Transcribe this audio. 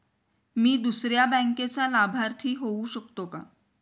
मी दुसऱ्या बँकेचा लाभार्थी होऊ शकतो का?